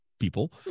people